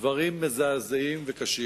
דברים מזעזעים וקשים.